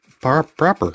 proper